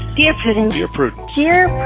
dear prudence, dear prudence here,